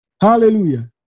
Hallelujah